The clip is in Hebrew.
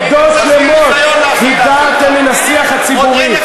עדות שלמות הדרתם מן השיח הציבורי.